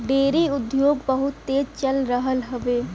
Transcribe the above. dairy उद्योग बहुत तेज चल रहल हउवे